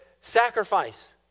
sacrifice